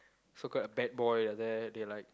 so called a bad boy like that they like